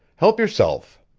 help yourself!